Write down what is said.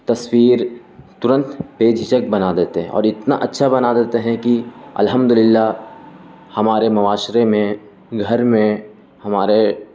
تصویر ترنت پیج ہچک بنا دیتے ہیں اور اتنا اچھا بنا دیتے ہیں کہ الحمد للہ ہمارے معاشرے میں گھر میں ہمارے